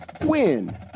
WIN